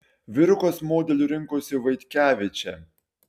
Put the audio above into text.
vyrukas modeliu rinkosi vaitkevičę